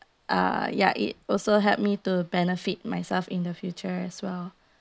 uh ya it also helped me to benefit myself in the future as well